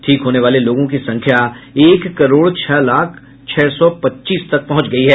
ठीक होने वाले लोगों की संख्या एक करोड़ छह लाख छह सौ पच्चीस तक पहुंच गई है